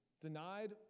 Denied